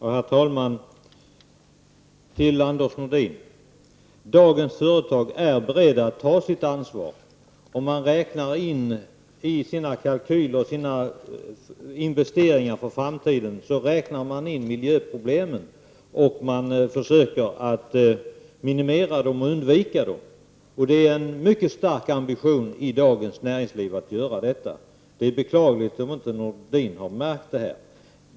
Herr talman! Till Anders Nordin vill jag säga att dagens företag är beredda att ta sitt ansvar. I sina kalkyler för investeringar för framtiden räknar man in miljöproblemen och försöker att minimera och undvika dem. Det finns en mycket stark ambition i dagens näringsliv att göra detta. Det är beklagligt om inte Nordin har märkt det.